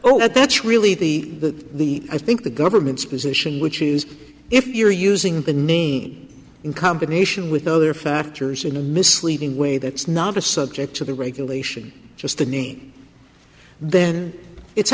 oh that's really the the i think the government's position which is if you're using the name in combination with other factors in a misleading way that's not a subject to the regulation just the name then it's